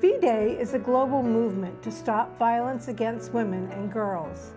the day is a global movement to stop violence against women and girls